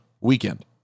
weekend